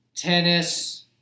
Tennis